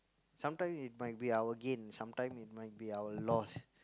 sometimes it might be our gain sometimes it might be our loss